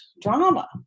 drama